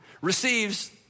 receives